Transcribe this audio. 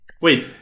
Wait